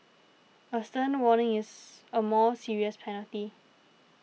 a stern warning is a more serious penalty